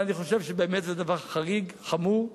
אני חושב שבאמת זה דבר חריג, חמור,